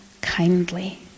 kindly